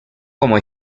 como